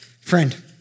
Friend